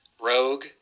Rogue